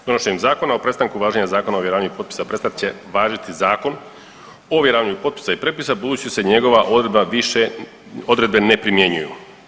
Donošenjem Zakona o prestanku važenja Zakona o ovjeravanju potpisa prestat će važiti Zakon o ovjeravanju potpisa i prijepisa budući se njegova odredba više, odredbe ne primjenjuju.